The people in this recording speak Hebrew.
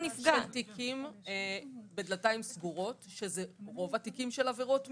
תיקים בדלתיים סגורות שזה רוב התיקים של עבירות מין,